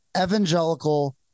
evangelical